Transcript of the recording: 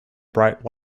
bright